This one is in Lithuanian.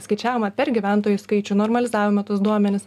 skaičiavome per gyventojų skaičių normalizavome tuos duomenis